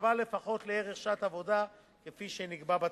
ששווה לפחות לערך שעת עבודה, כפי שנקבע בתקנות.